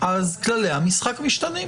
כללי המשחק משתנים.